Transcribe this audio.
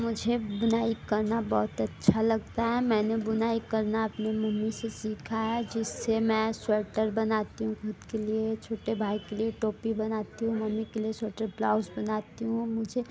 मुझे बुनाई करना बहुत अच्छा लगता है मैंने बुनाई करना अपने मम्मी से सीखा है जिससे मैं स्वेटर बनाती हूँ ख़ुद के लिए छोटे भाई के लिए टोपी बनाती हूँ मम्मी के लिए स्वेटर ब्लाउज़ बनाती हूँ मुझे